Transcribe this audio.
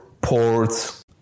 ports